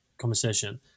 conversation